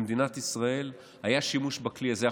במדינת ישראל היה שימוש בכלי הזה.